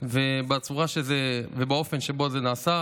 ובצורה ובאופן שזה נעשה.